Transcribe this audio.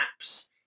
apps